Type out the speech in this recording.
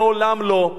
מעולם לא.